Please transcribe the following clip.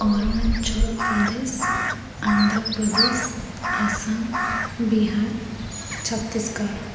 Arunachal Pradesh Andhra Pradesh Assam Bihar Chhattisgarh